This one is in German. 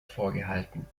vorgehalten